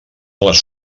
les